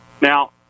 Now